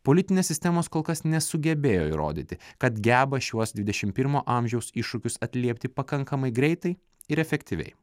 politinės sistemos kol kas nesugebėjo įrodyti kad geba šiuos dvidešimt pirmo amžiaus iššūkius atliepti pakankamai greitai ir efektyviai